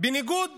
בניגוד